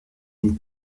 une